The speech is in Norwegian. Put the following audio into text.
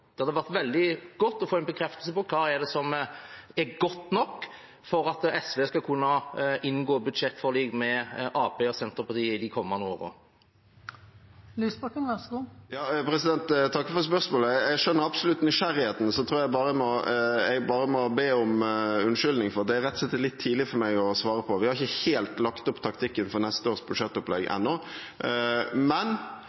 Det hadde vært veldig godt å få en bekreftelse på hva som er godt nok for at SV skal kunne inngå budsjettforlik med Arbeiderpartiet og Senterpartiet de kommende årene. Jeg takker for spørsmålet. Jeg skjønner absolutt nysgjerrigheten, og så tror jeg at jeg bare må be om unnskyldning for at det rett og slett er litt tidlig for meg å svare på det. Vi har ikke helt lagt opp taktikken for neste års budsjettopplegg